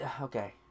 okay